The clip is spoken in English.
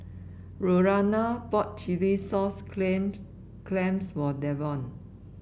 Lurana bought chilli sauce claims clams for Davon